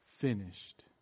finished